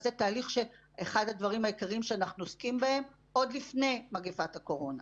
וזה אחד הדברים העיקריים שאנחנו עוסקים בהם עוד לפני מגפת הקורונה.